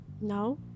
No